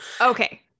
Okay